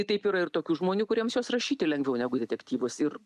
taip yra ir tokių žmonių kuriems juos rašyti lengviau negu detektyvus ir